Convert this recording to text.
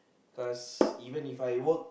cause even If I work